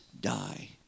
die